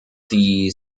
die